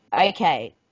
Okay